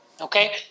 Okay